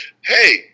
hey